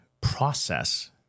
process